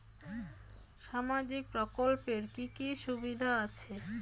সামাজিক প্রকল্পের কি কি সুবিধা আছে?